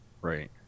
Right